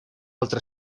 altra